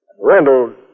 Randall